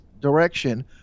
direction –